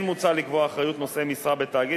כן מוצע לקבוע אחריות נושא משרה בתאגיד